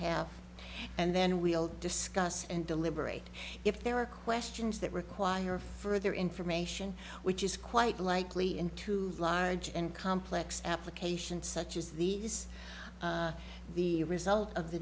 have and then we'll discuss and deliberate if there are questions that require further information which is quite likely in two large and complex applications such as these the result of the